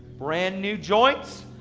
brand new joints.